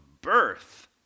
birth